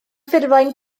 ffurflen